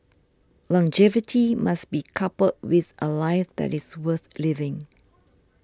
longevity must be coupled with a life that is worth living